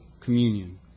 communion